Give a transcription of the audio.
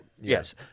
Yes